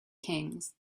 kings